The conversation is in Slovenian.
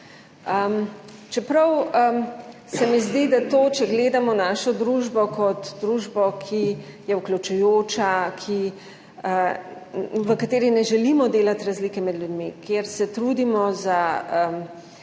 Čeprav se mi zdi, da to, če gledamo našo družbo kot družbo, ki je vključujoča, v kateri ne želimo delati razlike med ljudmi, kjer se trudimo za